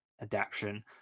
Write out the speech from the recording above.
adaption